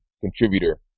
contributor